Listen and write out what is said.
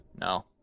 No